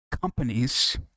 Companies